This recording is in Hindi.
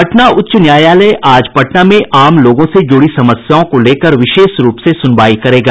पटना उच्च न्यायालय आज पटना में आमलोगों से जुड़ी समस्याओं को लेकर विशेष रूप से सुनवाई करेगा